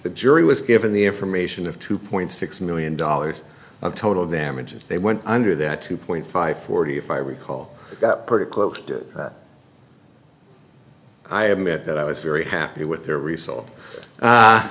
the jury was given the information of two point six million dollars of total damage if they went under that two point five forty five recall that pretty close to i admit that i was very happy with their result